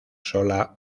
sola